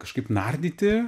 kažkaip nardyti